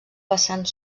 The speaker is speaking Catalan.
vessant